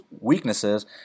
weaknesses